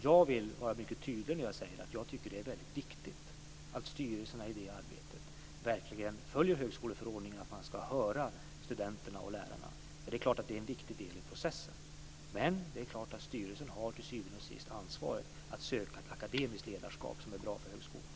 Jag vill vara mycket tydlig när jag säger att jag tycker att det är väldigt viktigt att styrelserna i det arbetet verkligen följer högskoleförordningen om att höra studenterna och lärarna. Det är klart att det är en viktig del i processen. Men styrelsen har till syvende och sist ansvaret att söka ett akademiskt ledarskap som är bra för högskolan.